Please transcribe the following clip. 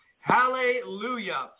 Hallelujah